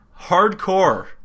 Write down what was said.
Hardcore